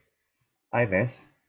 I_M_S